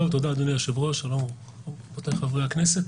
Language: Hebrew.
תודה, אדוני היושב-ראש, רבותיי חברי הכנסת.